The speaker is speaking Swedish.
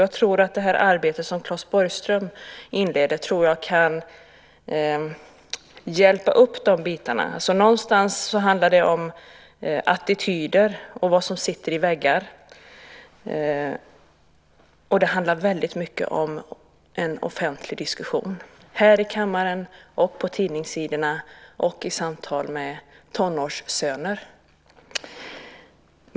Jag tror att det arbete som Claes Borgström inleder kan hjälpa upp de bitarna. Någonstans handlar det om attityder och vad som sitter i väggarna, och det handlar väldigt mycket om en offentlig diskussion, här i kammaren, på tidningssidorna och i samtal med tonårssöner.